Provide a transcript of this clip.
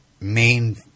main